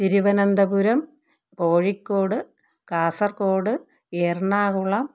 Thiruvananthapuram Kozhikode Kasaragod Ernakulam